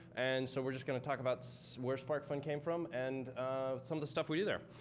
and so, we're just going to talk about so where sparkfun came from and some of the stuff we do there.